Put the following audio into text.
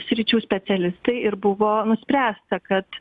sričių specialistai ir buvo nuspręsta kad